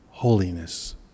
Holiness